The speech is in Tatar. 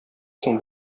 соң